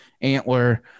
antler